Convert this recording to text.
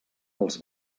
els